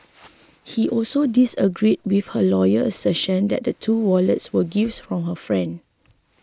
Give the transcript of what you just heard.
he also disagreed with her lawyer's assertion that the two wallets were gifts from her friend